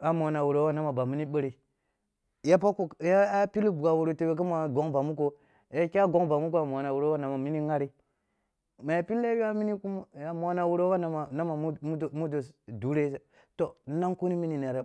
ba mona wuno ba na ma banmini bore yap akh ko, ya pilli bugha wuri ya tebe kima gong ban muko ye kya gong ban muk na mona wuri y aba na ma mini ghare, ma ya pili yua mini kum a mona wuro ba na ma mne mudo-mudo dure to nang kuni mine nari